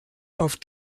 auf